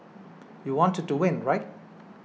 you wanted to win right